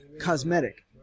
cosmetic